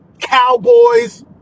cowboys